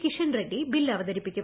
Kishan Reddy bill അവതരിപ്പിക്കും